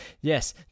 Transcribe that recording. Yes